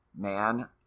man